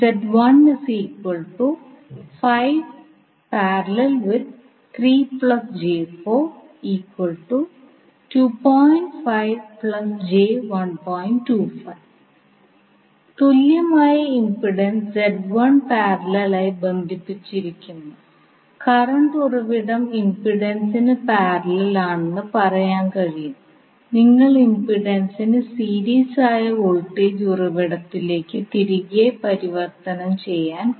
നമ്മൾ മെഷ് 1 ലേക്ക്പ്രയോഗിക്കുമ്പോൾ അത് മെഷ് 2 ന് സൂപ്പർമെഷിനായി മെഷ് 3 നും 4 നും ഇടയിലുള്ള കറണ്ട് ഉറവിടം കാരണം നോഡ് എ യിൽ ഇപ്പോൾ നമുക്ക് 4 സമവാക്യങ്ങളുണ്ട്